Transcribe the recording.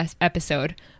episode